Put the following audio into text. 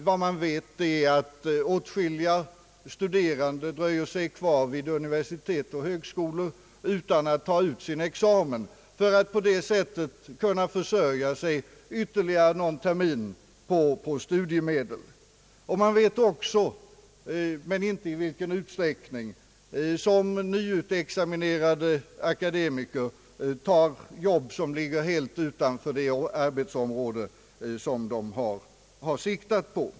Vad man vet är att åtskilliga studerande dröjer sig kvar vid universitet och högskolor utan att ta ut sin examen, för att på det sättet kunna försörja sig ytterligare någon termin på studiemedel. Man vet också, men inte i vilken utsträckning, att nyutexaminerade akademiker tar jobb som ligger helt utanför de arbetsområden som de har siktat på.